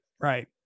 right